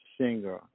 singer